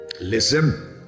Listen